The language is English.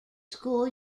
school